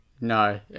No